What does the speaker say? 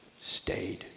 stayed